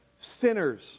sinners